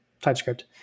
TypeScript